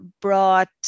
brought